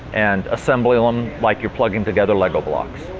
and assemble them like you're plugging together lego blocks.